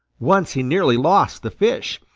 once he nearly lost the fish.